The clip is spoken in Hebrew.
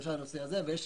נדרשה לנושא הזה ויש